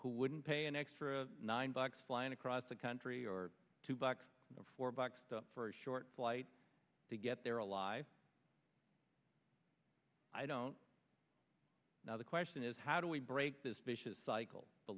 who wouldn't pay an extra nine bucks flying across the country or two back four bucks for a short flight to get there alive i don't now the question is how do we break this vicious cycle the